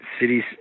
cities